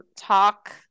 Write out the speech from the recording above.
talk